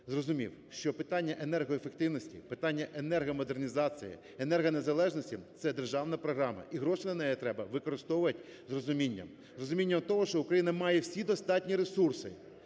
зрозумів, що питання енергоефективності, питання енергомодернізації, енергонезалежності – це державна програма, і гроші на неї треба використовувати з розумінням, з розумінням того, що Україна має всі достатні ресурси,